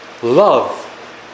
Love